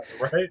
right